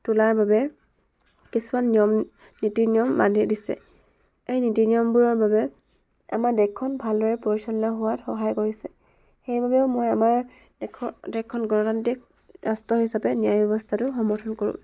তোলাৰ বাবে কিছুমান নিয়ম নীতি নিয়ম বান্ধি দিছে সেই নীতি নিয়মবোৰৰ বাবে আমাৰ দেশখন ভালদৰে পৰিচালনা হোৱাত সহায় কৰিছে সেইবাবেও মই আমাৰ দেশৰ দেশখন গণতান্ত্ৰিক ৰাষ্ট্ৰ হিচাপে ন্যায় ব্যৱস্থাটো সমৰ্থন কৰোঁ